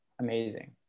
amazing